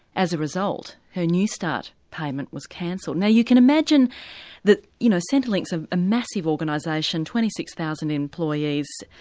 as a result her new start payment was cancelled now you can imagine that you know, like so a massive organisation, twenty six thousand employees,